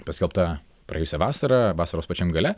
paskelbta praėjusią vasarą vasaros pačiam gale